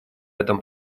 этом